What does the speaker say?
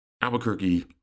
Albuquerque